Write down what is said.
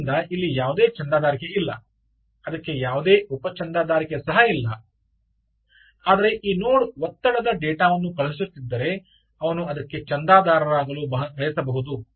ಆದ್ದರಿಂದ ಇಲ್ಲಿ ಯಾವುದೇ ಚಂದಾದಾರಿಕೆ ಇಲ್ಲ ಅದಕ್ಕೆ ಯಾವುದೇ ಉಪಚಂದಾದಾರಿಕೆ ಸಹ ಇಲ್ಲ ಆದರೆ ಈ ನೋಡ್ ಒತ್ತಡದ ಡೇಟಾವನ್ನು ಕಳುಹಿಸುತ್ತಿದ್ದರೆ ಅವನು ಅದಕ್ಕೆ ಚಂದಾದಾರರಾಗಲು ಬಯಸಬಹುದು